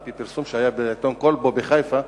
על-פי פרסום שהיה בעיתון "כלבו" בחיפה,